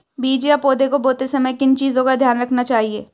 बीज या पौधे को बोते समय किन चीज़ों का ध्यान रखना चाहिए?